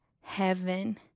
Heaven